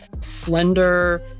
slender